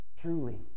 truly